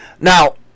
Now